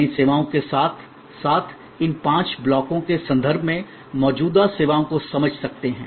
नई सेवाओं के साथ साथ इन पांच ब्लॉकों के संदर्भ में मौजूदा सेवाओं को समझ सकते हैं